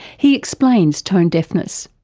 he explains tone deafness.